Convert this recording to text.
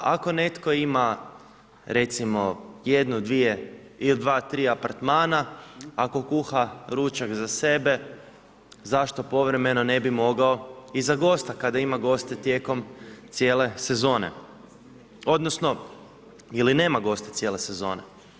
Ako netko ima recimo jednu, dvije ili dva, tri apartmana, ako kuha ručak za sebe, zašto povremeno ne bi mogao i za gosta, kada ima goste tijekom cijele sezone odnosno ili nema goste cijele sezone.